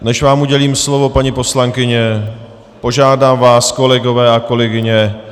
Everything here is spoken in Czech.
Než vám udělím slovo, paní poslankyně, požádám vás, kolegové a kolegyně...